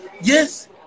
yes